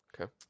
okay